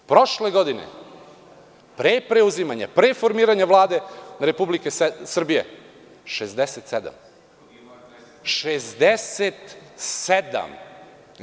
Prošle godine, pre preuzimanja, pre formiranje Vlade Republike Srbije bilo je 67.